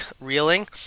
reeling